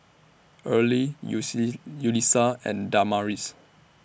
Earley Yulissa and Damaris